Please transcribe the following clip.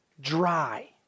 Dry